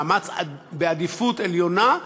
מאמץ בעדיפות עליונה,